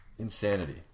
Insanity